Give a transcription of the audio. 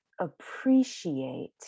appreciate